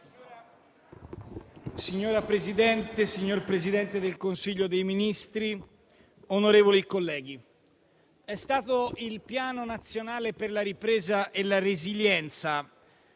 Signor Presidente, signor Presidente del Consiglio dei ministri, onorevoli colleghi, è stato il Piano nazionale di ripresa e resilienza